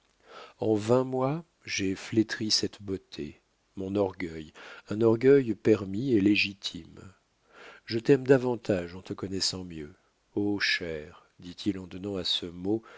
en vingt mois j'ai flétri cette beauté mon orgueil un orgueil permis et légitime je t'aime davantage en te connaissant mieux oh chère dit-il en donnant à ce mot